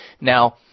Now